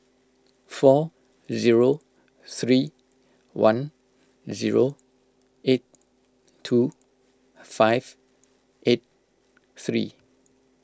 four zero three one zero eight two five eight three